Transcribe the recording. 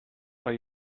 are